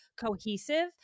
cohesive